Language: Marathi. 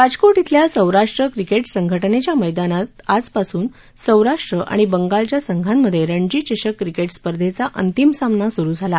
राजकोट इथल्या सोराष्ट्र क्रिकेट्र संघटनच्या मैदानात आजपासून सौराष्ट्र आणि बंगालच्या संघांमध्यव्याजी चषक क्रिकेट्र स्पर्धेचा अंतिम सामना सुरु झाला